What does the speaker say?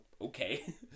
okay